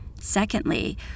Secondly